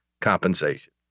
compensation